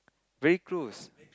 very close